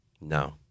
No